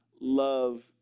love